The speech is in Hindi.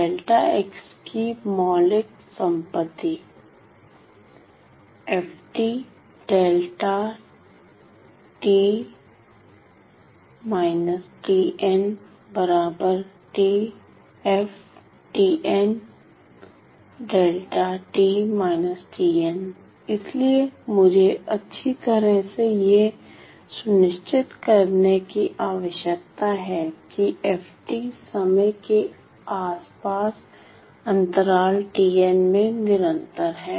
δ की मौलिक संपत्ति इसलिए मुझे अच्छी तरह से यह सुनिश्चित करने की आवश्यकता है कि f समय के आसपास अंतराल में निरंतर है